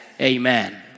Amen